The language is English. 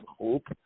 hope